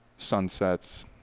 sunsets